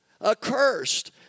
Accursed